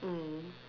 mm